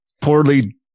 poorly